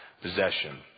possession